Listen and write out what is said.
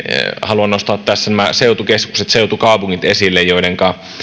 haluan nostaa tässä varsinkin nämä seutukeskukset seutukaupungit esille joidenka